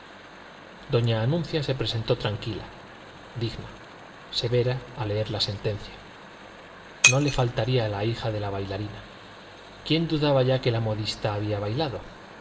doña anuncia se presentó tranquila digna severa a leer la sentencia no le faltaría a la hija de la bailarina quién dudaba ya que la modista había bailado